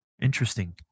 Interesting